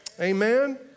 Amen